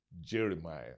Jeremiah